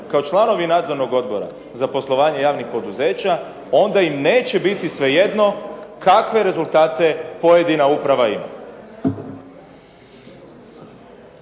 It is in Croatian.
kao članovi nadzornog odbora za poslovanje javnih poduzeća, onda im neće biti svejedno kakve rezultate pojedina uprava ima.